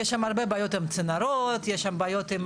יש שם הרבה בעיות עם צנרות, יש שם בעיות עם